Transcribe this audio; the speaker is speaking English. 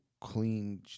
clean